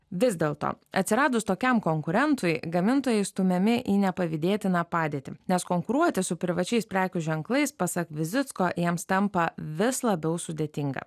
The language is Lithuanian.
vis dėlto atsiradus tokiam konkurentui gamintojai stumiami į nepavydėtiną padėtį nes konkuruoti su privačiais prekių ženklais pasak vizito jiems tampa vis labiau sudėtinga